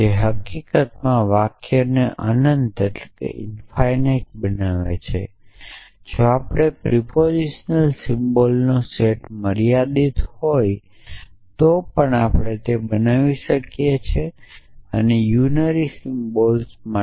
જે હકીકતમાં વાક્યોને અનંત બનાવે છે જો આપણે પ્રસ્તાવનાત્મક સિમ્બલ્સનો સેટ મર્યાદિત હોય તો પણ આપણે તે બનાવી શકીએ છીએ યુનરી સિમ્બલ્સ માટે